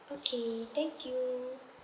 okay thank you